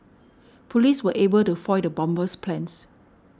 police were able to foil the bomber's plans